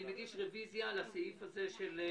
אני מגיש רביזיה על האם זה יהיה